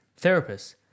therapists